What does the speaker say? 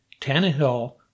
Tannehill